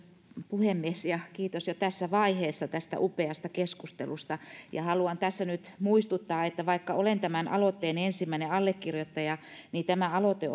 puhemies kiitos jo tässä vaiheessa tästä upeasta keskustelusta haluan tässä nyt muistuttaa että vaikka olen tämän aloitteen ensimmäinen allekirjoittaja tämä aloite